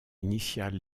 initial